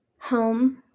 home